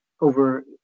over